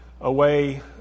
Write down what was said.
away